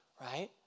right